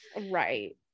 Right